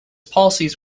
policies